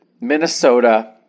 Minnesota